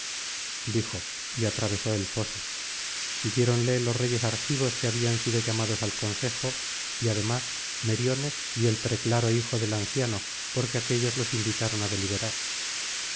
dijo y atravesó el foso siguiéronle los reyes argivos que habían sido llamados al consejo y además meriones y el preclaro hijo del anciano porque aquéllos los invitaron á deliberar